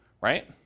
right